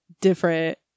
different